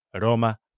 Roma